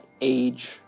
age